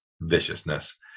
viciousness